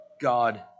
God